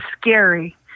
scary